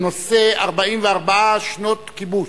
הצעה לסדר-היום מס' 5813, בנושא: 44 שנות כיבוש.